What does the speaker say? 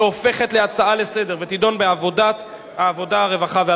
שהופכת להצעה לסדר-היום ותידון בוועדת העבודה,